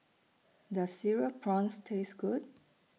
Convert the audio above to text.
Does Cereal Prawns Taste Good